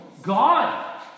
God